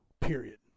Period